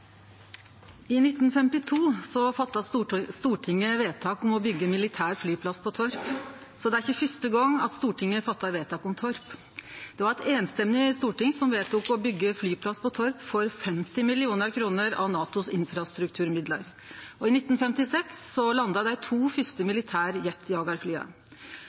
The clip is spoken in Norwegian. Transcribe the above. I 1952 fatta Stortinget vedtak om å byggje ein militær flyplass på Torp, så det er ikkje første gong Stortinget fattar vedtak om Torp. Det var eit samrøystes storting som vedtok å byggje flyplass på Torp, for 50 mill. kr av NATOs infrastrukturmidlar, og i 1956 landa dei to